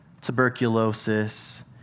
tuberculosis